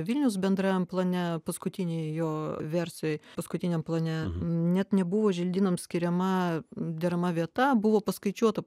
vilniaus bendrajam plane paskutinėj jo versijoj paskutiniam plane net nebuvo želdynams skiriama derama vieta buvo paskaičiuota